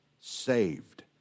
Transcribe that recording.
saved